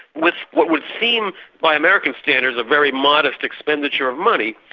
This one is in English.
with what would seem by american standards a very modest expenditure of money,